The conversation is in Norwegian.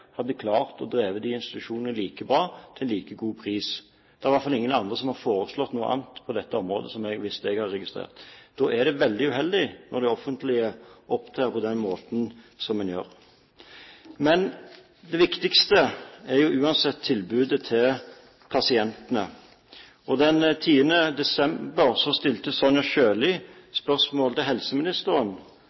hadde klart å drive de institusjonene like bra til like god pris. Det er i hvert fall ingen andre som har foreslått noe annet på dette området, så vidt jeg har registrert. Da er det veldig uheldig når det offentlige opptrer på den måten som en gjør. Det viktigste er uansett tilbudet til pasientene. Den 30. november stilte Sonja Irene Sjøli spørsmål til helseministeren